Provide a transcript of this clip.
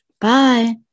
Bye